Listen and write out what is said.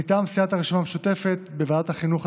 מטעם סיעת הרשימה המשותפת: בוועדת החינוך,